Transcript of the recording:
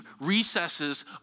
recesses